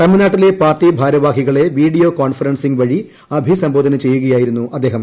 തമിഴ്നാട്ടിലെ പാർട്ടി ഭാരവാഹികളെ video conferencing വഴി അഭിസംബോധന ചെയ്യുകയായിരുന്നു അദ്ദേഹം